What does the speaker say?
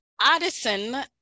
Addison